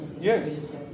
Yes